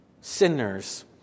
sinners